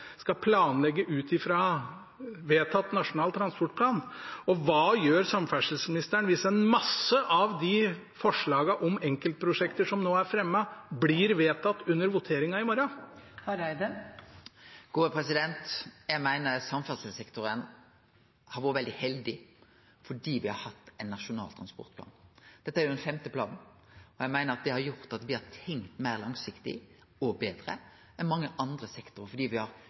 skal planlegge ut fra vedtatt Nasjonal transportplan? Og hva gjør samferdselsministeren hvis en masse av de forslagene om enkeltprosjekter som nå er fremmet, blir vedtatt under voteringen i morgen? Eg meiner at samferdselssektoren har vore veldig heldig fordi me har hatt ein nasjonal transportplan. Dette er den femte planen. Eg meiner det har gjort at me har tenkt meir langsiktig og betre enn mange andre sektorar, fordi me har